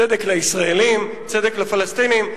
צדק לישראלים, צדק לפלסטינים.